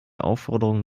aufforderung